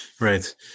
Right